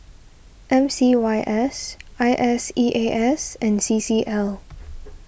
M C Y S I S E A S and C C L